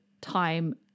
time